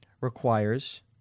requires